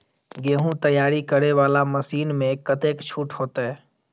गेहूं तैयारी करे वाला मशीन में कतेक छूट होते?